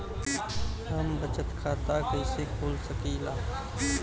हम बचत खाता कईसे खोल सकिला?